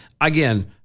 Again